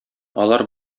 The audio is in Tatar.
алар